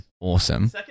Awesome